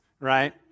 right